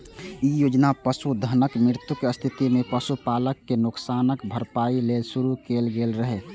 ई योजना पशुधनक मृत्युक स्थिति मे पशुपालक कें नुकसानक भरपाइ लेल शुरू कैल गेल रहै